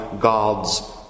God's